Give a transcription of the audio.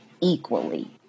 equally